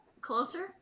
closer